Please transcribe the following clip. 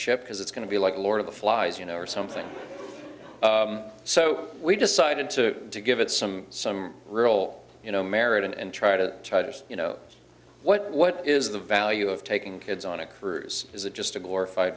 ship because it's going to be like lord of the flies you know or something so we decided to give it some some rural you know merit and try to try to you know what what is the value of taking kids on a cruise is it just a glorified